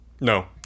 No